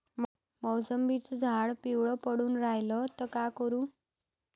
मोसंबीचं झाड पिवळं पडून रायलं त का करू?